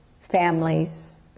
families